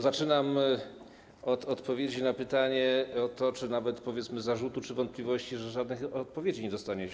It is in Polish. Zaczynam od odpowiedzi na pytanie czy nawet, powiedzmy, zarzuty czy wątpliwości, że żadnych odpowiedzi nie dostaniecie.